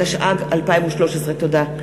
התשע"ג 2013. תודה.